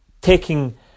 taking